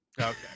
Okay